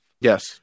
Yes